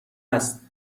هست